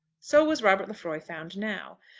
so was robert lefroy found now.